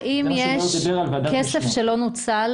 האם יש כסף שלא נוצל